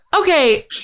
Okay